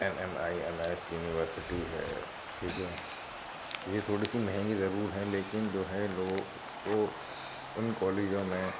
M M I M S university ہے ٹھیک ہے یہ تھوڑی سی مہنگی ضرور ہیں لیکن جو ہے لوگوں کو اُن کالجوں میں